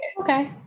Okay